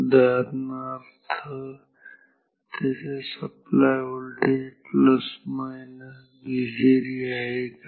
उदाहरणार्थ या त्यांच्या सप्लाय व्होल्टेज प्लस मायनस दुहेरी आहे का